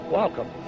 welcome